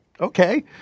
okay